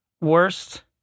worst